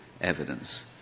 evidence